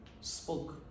spoke